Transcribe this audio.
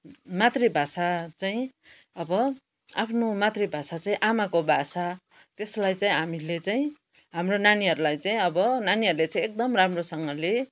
मातृभाषा चाहिँ अब आफ्नो मातृभाषा चाहिँ आमाको भाषा त्यसलाई चाहिँ हामीले चाहिँ हाम्रो नानीहरूलाई चाहिँ अब नानीहरूले एकदमै राम्रोसँगले